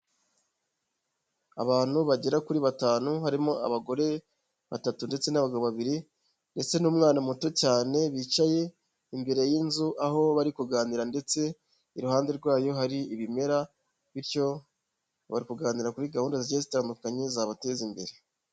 Abantu bagera kuri batanu harimo abagore batatu ndetse n'abagabo babiri ndetse n'umwana muto cyane bicaye imbere y'inzu, aho bari kuganira ndetse iruhande rwayo hari ibimera, bityo bari kuganira kuri gahunda zigiye zitandukanye zabateza imbere.